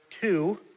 two